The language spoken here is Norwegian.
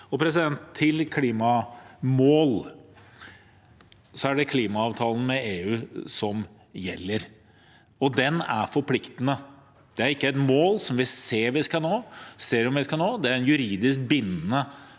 pst. Til klimamål: Det er klimaavtalen med EU som gjelder, og den er forpliktende. Det er ikke et mål vi ser om vi skal nå, det er en juridisk bindende